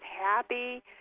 happy